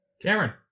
Cameron